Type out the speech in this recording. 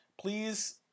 Please